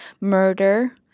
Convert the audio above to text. murder